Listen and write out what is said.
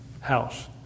house